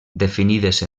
definides